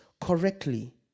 correctly